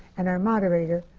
and our moderator,